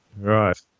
Right